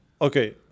Okay